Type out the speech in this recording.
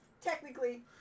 Technically